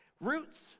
Roots